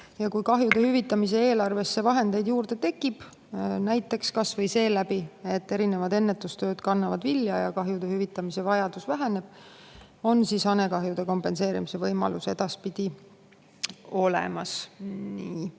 Ja kui kahjude hüvitamise eelarvesse vahendeid juurde tekib, näiteks kas või seeläbi, et erinevad ennetustööd kannavad vilja ja kahjude hüvitamise vajadus väheneb, on hanekahjude kompenseerimise võimalus edaspidi olemas.